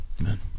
Amen